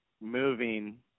moving